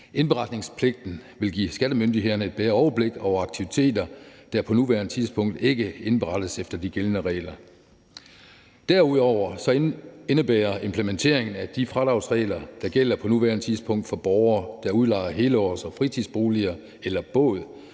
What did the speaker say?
Indberetningspligten vil give skattemyndighederne et bedre overblik over aktiviteter, der på nuværende tidspunkt ikke indberettes efter de gældende regler. Derudover indebærer implementeringen, at de fradragsregler, der gælder på nuværende tidspunkt for borgere, der udlejer helårs- og fritidsboliger eller både,